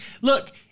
Look